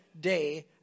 day